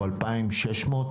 או 2,600,